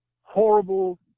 horrible